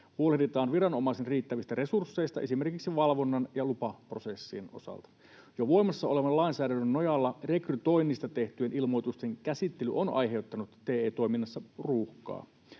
huolehditaan viranomaisten riittävistä resursseista esimerkiksi valvonnan ja lupaprosessien osalta. Jo voimassa olevan lainsäädännön nojalla rekrytoinnista tehtyjen ilmoitusten käsittely on aiheuttanut TE-toiminnassa ruuhkaa.